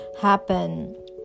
happen